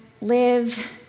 live